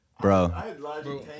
bro